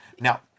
now